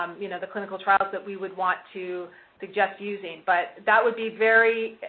um you know, the clinical trials that we would want to suggest using. but, that would be very,